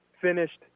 finished